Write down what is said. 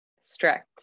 strict